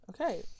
okay